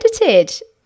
edited